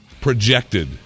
projected